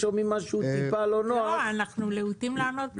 אנחנו להוטים לענות.